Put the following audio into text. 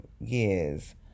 years